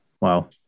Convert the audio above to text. wow